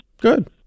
Good